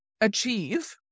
achieve